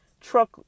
truck